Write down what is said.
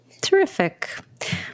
Terrific